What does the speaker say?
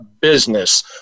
business